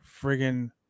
friggin